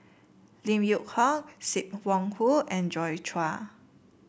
Lim Yew Hock Sim Wong Hoo and Joi Chua